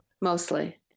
mostly